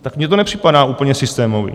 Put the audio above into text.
Tak mně to nepřipadá úplně systémové.